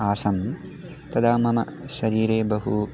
आसं तदा मम शरीरे बहु